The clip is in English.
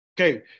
Okay